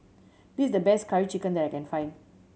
this is the best Curry Chicken that I can find